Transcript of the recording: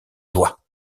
joies